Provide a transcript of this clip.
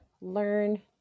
learn